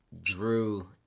Drew